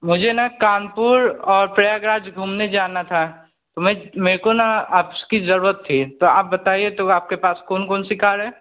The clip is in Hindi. मुझे न कानपुर और प्रयागराज घूमने जाना था मैं मेरे को ना आपकी ज़रूरत थी तो आप बताइए आपके पास कोन कोन सी कार है